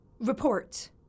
Report